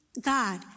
God